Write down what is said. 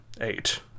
Eight